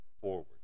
forward